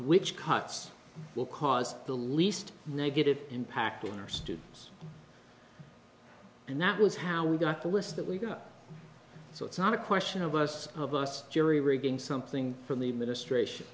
which cuts will cause the least negative impact on our students and that was how we got the list that we got so it's not a question of us of us jury rigging something from the administration